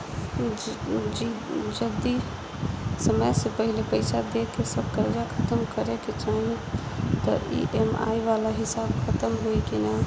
जदी समय से पहिले पईसा देके सब कर्जा खतम करे के चाही त ई.एम.आई वाला हिसाब खतम होइकी ना?